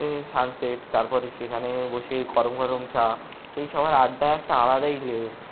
sunset তারপরে সেখানে বসে গরম গরম চা এই সবার আড্ডা একটা আলাদাই লেভেল